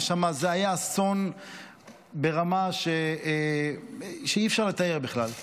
זה היה אסון ברמה שאי-אפשר לתאר בכלל.